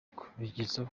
kubigeza